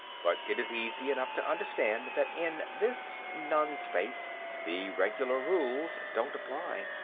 but it is easy enough to understand that in this non space the regular rules don't apply.